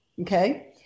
okay